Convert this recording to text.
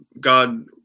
God